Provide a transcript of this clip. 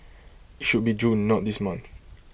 IT should be June not this month